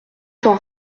t’en